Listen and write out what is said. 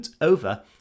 over